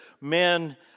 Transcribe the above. Men